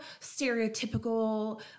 stereotypical